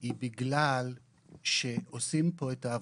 היא בגלל שעושים פה את העבודה,